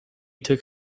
took